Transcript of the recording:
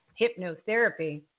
hypnotherapy